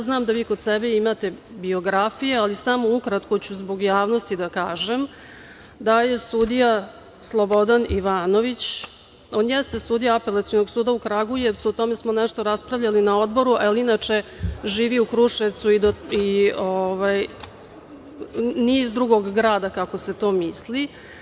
Znam da vi kod sebe imate biografije, ali samo ukratko ću zbog javnosti da kažem, da sudija Slobodan Ivanović, on jeste sudija Apelacionog suda u Kragujevcu, o tome smo nešto raspravljali na odboru, ali inače, živi u Kruševcu, nije iz drugog grada kako se to misli.